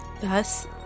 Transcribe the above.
Thus